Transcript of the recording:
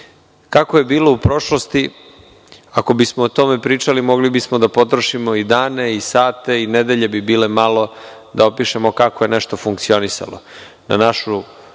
je bilo u prošlosti. Ako bismo o tome pričali mogli bismo da potrošimo i dane i sate i nedelje i bilo bi malo da opišemo kako je nešto funkcionisalo.